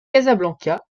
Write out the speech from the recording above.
casablanca